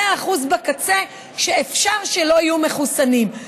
האחוזים בקצה שאפשר שלא יהיו מחוסנים.